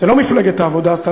זה לא מפלגת העבודה עשתה,